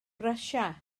brysia